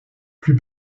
plus